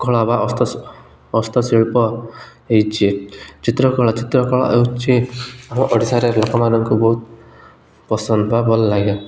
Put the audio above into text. କଳା ବା ଅସ୍ତଶିଳ୍ପ ହେଇଛି ଚିତ୍ରକଳା ଚିତ୍ରକଳା ହେଉଛି ଆମ ଓଡ଼ିଶାରେ ଲୋକମାନଙ୍କୁ ବହୁତ ପସନ୍ଦ ବା ଭଲ ଲାଗେ